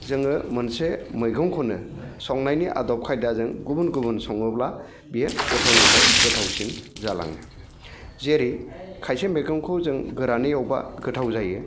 जोङो मोनसे मैगंखौनो संनायनि आदब खायदाजों गुबुन गुबुन सङोब्ला बेयो गोथावनिफ्राय गोथावसिन जालाङो जेरै खायसे मैगंखौ जों गोरानै एवबा गोथाव जायो